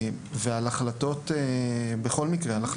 בכל מקרה,